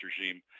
regime